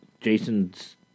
Jason's